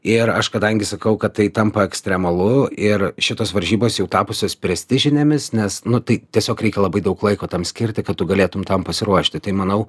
ir aš kadangi sakau kad tai tampa ekstremalu ir šitos varžybos jau tapusios prestižinėmis nes nu tai tiesiog reikia labai daug laiko tam skirti kad tu galėtum tam pasiruošti tai manau